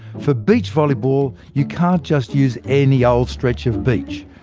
for beach-volleyball, you can't just use any old stretch of beach.